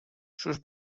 sus